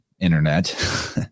internet